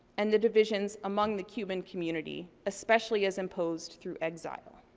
and the divisions among the cuban community, especially as imposed through exile.